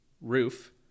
roof